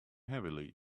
heavily